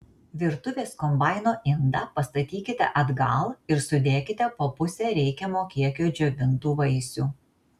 virtuvės kombaino indą pastatykite atgal ir sudėkite po pusę reikiamo kiekio džiovintų vaisių